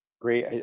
Great